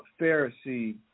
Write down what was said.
Pharisee